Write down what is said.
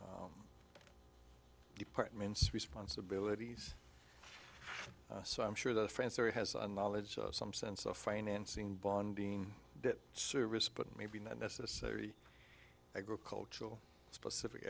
departments responsibilities so i'm sure that france or it has a knowledge of some sense of financing bond being debt service but maybe not necessary agricultural specific